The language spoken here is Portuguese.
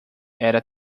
era